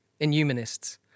inhumanists